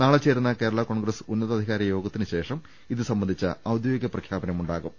നാളെ ചേരുന്ന കേരള കോൺഗ്രസ് ഉന്നതാധികാര യോഗത്തിന് ശേഷം ഇതുസംബന്ധിച്ച പ്രഖ്യാപനം ഉണ്ടാകും